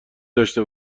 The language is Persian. داشته